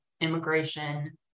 immigration